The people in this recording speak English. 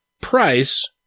Price